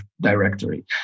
directory